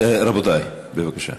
רבותי, בבקשה.